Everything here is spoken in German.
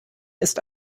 ist